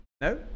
no